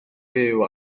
fyw